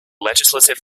legislative